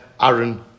Aaron